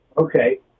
Okay